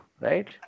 Right